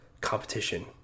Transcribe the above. competition